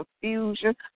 confusion